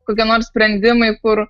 kokie nors sprendimai kur